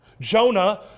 Jonah